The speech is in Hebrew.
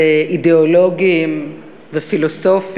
יש מעט מאוד אנשים שהם גם אידיאולוגיים וגם